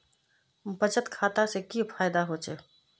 बचत खाता से की फायदा होचे?